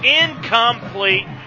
incomplete